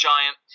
Giant